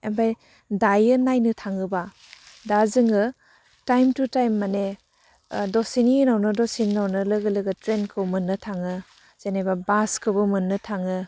ओमफ्राय दायो नायनो थाङोबा दा जोङो टाइम थु टाइम माने दसेनि उनावनो दसेनि उनावनो लोगो लोगो ट्रेनखौ मोन्नो थाङो जेनेबा बासखौबो मोन्नो थाङो